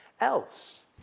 else